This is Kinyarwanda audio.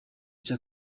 cya